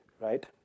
right